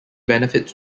benefits